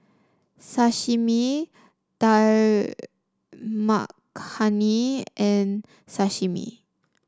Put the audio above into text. Sashimi Dal Makhani and Sashimi